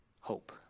hope